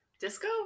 disco